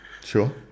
Sure